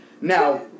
Now